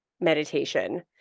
meditation